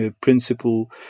principle